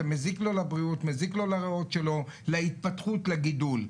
זה מזיק לו לבריאות, לריאות, להתפתחות ולגידול.